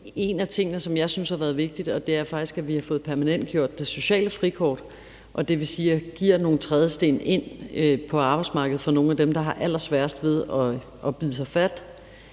en af de ting, som jeg synes har været vigtige, og det er faktisk, at vi har fået permanentgjort det sociale frikort. Det vil sige, at der gives nogle trædesten ind på arbejdsmarkedet for nogle af dem, der har allersværest ved at bide sig fast,